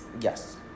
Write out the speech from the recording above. Yes